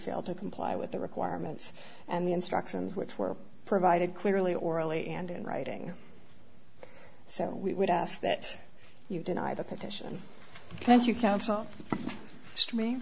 failed to comply with the requirements and the instructions which were provided clearly orally and in writing so we would ask that you deny the petition and you c